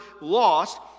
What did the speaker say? lost